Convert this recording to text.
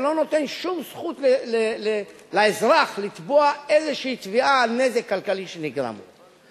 זה לא נותן שום זכות לאזרח לתבוע איזו תביעה על נזק כלכלי שנגרם לו.